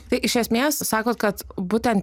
tai iš esmės sakot kad būtent